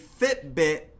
Fitbit